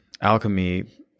alchemy